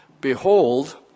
behold